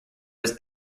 was